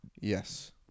Yes